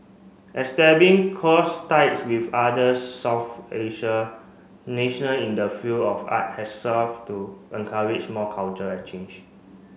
close ties with other South Asia national in the field of art has solved to encourage more cultural exchange